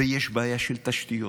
ויש בעיה של תשתיות,